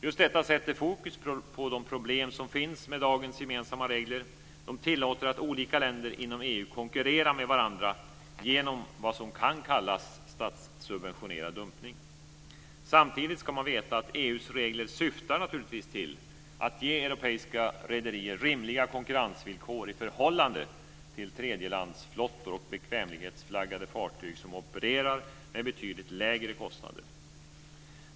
Just detta sätter fokus på de problem som finns med dagens gemensamma regler. De tillåter att olika länder inom EU konkurrerar med varandra genom vad som kan kallas statssubventionerad dumpning. Samtidigt ska man veta att EU:s regler naturligtvis syftar till att ge europeiska rederier rimliga konkurrensvillkor i förhållande till tredjelandsflottor och bekvämlighetsflaggade fartyg, som opererar med betydligt lägre kostnader.